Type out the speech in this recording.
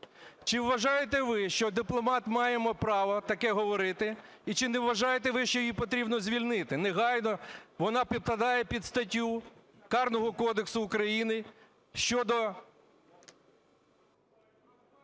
Чи вважаєте ви, що дипломат має право таке говорити? І чи не вважаєте ви, що її потрібно звільнити негайно? Вона підпадає під статтю карного кодексу України щодо…